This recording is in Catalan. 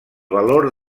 valor